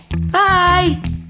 Bye